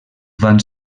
van